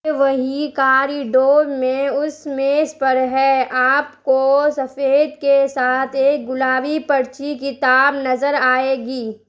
یہ وہی کاریڈور میں اس میز پر ہے آپ کو سفید کے ساتھ ایک گلابی پرچی کتاب نظر آئے گی